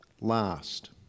last